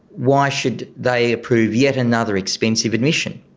why should they approve yet another expensive admission?